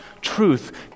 truth